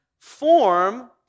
form